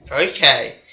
Okay